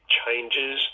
changes